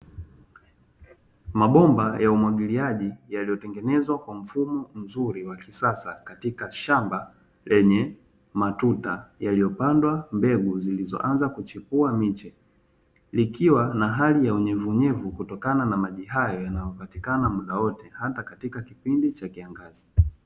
Mabomba ya umwagiliaji, yaliyotengenezwa kwa mfumo mzuri wa kisasa katika shamba lenye matuta yaliyopandwa mbegu zilizoanza kuchipuwa miche, likiwa na hali ya unyevunyevu kutokana na maji hayo yanayopatikana muda wote hata katika kipindi cha kiangazi.